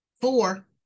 four